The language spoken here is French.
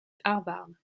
harvard